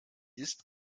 ist